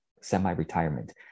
semi-retirement